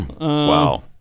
Wow